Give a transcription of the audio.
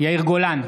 יאיר גולן,